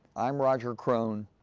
i'm roger krone,